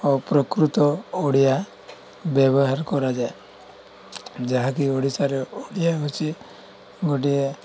ଓ ପ୍ରକୃତ ଓଡ଼ିଆ ବ୍ୟବହାର କରାଯାଏ ଯାହାକି ଓଡ଼ିଶାରେ ଓଡ଼ିଆ ହେଉଛି ଗୋଟିଏ